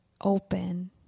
open